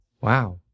Wow